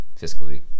fiscally